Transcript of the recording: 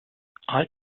als